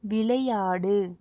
விளையாடு